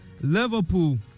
Liverpool